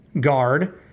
guard